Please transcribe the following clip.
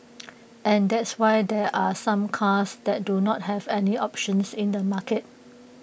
and that's why there are some cars that do not have any options in the market